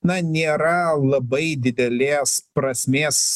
na nėra labai didelės prasmės